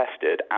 tested